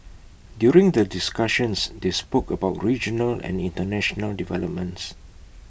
during the discussions they spoke about regional and International developments